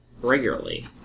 regularly